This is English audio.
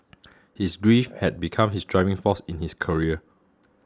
his grief had become his driving force in his career